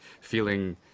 feeling